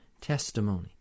testimony